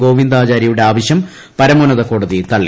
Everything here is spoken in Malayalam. ഗോവിന്ദാചാരൃയുടെ ആവശൃം പരമോന്നത കോടതി തള്ളി